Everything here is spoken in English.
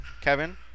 Kevin